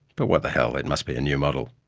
but, what the hell, it must be a new model.